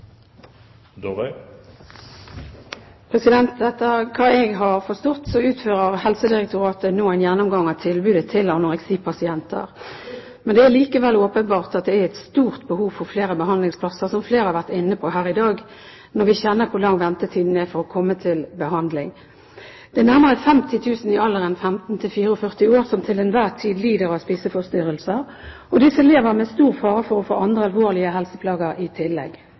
dette. Etter det jeg har forstått, har Helsedirektoratet nå en gjennomgang av tilbudet til anoreksipasienter. Men det er likevel åpenbart, som flere har vært inne på her i dag, at det er et stort behov for flere behandlingsplasser når vi kjenner til hvor lang ventetiden er for å komme til behandling. Det er nærmere 50 000 i alderen 15–44 år som til enhver tid lider av spiseforstyrrelser, og disse lever med stor fare for å få andre alvorlige helseplager i tillegg.